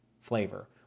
flavor